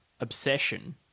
obsession